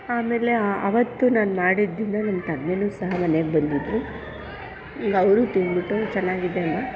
ಆಮೇಲೆ ಆವತ್ತು ನಾನು ಮಾಡಿದ ದಿನ ನಮ್ಮ ತಂದೆಯೂ ಸಹ ಮನೆಗೆ ಬಂದಿದ್ದರು ಅವರು ತಿಂದ್ಬಿಟ್ಟು ಚೆನ್ನಾಗಿದೆಯಮ್ಮ